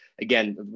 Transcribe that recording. again